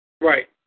Right